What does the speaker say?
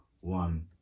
one